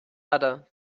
other